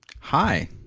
Hi